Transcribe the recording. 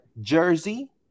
Jersey